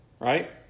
right